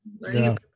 learning